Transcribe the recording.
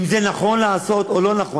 אם נכון לעשות את זה או לא.